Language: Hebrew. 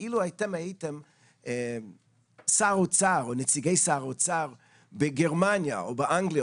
אבל אילו אתם הייתם שר האוצר או נציגי שר האוצר בגרמניה או באנגליה,